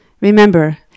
Remember